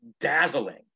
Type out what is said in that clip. dazzling